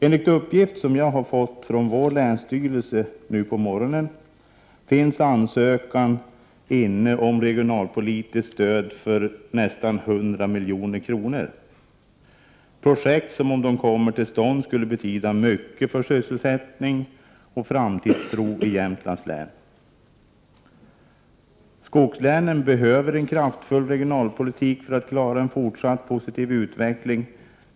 Enligt uppgift, som jag i dag på morgonen har fått från länsstyrelsen i Jämtland, finns ansökningar inne om regionalpolitiskt stöd på nästan 100 milj.kr. — projekt, som om de kommer till stånd skulle betyda mycket för sysselsättning och framtidstro i Jämtlands län. Skogslänen behöver en kraftfull regionalpolitik för att klara en fortsatt positiv utveckling.